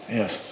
yes